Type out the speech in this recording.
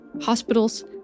hospitals